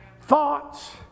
thoughts